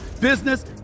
business